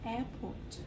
Airport